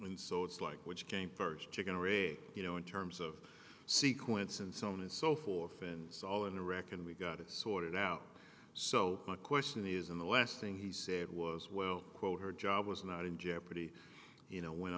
when so it's like which came first chicken or a you know in terms of sequence and so on and so forth and so all in a wreck and we got it sorted out so my question is in the last thing he said was well quote her job was not in jeopardy you know when